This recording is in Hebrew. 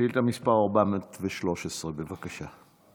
שאילתה מס' 413, בבקשה.